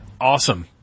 Awesome